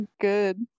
good